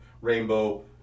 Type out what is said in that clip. Rainbow